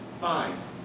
finds